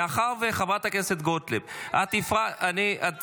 מאחר שחברת הכנסת גוטליב ------ את רוצה